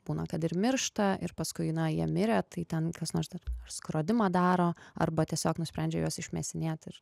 būna kad ir miršta ir paskui na jie mirę tai ten kas nors dar skrodimą daro arba tiesiog nusprendžia juos išmėsinėt ir